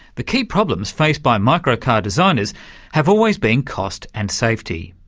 the key problems faced by micro-car designers have always been cost and safety.